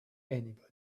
anybody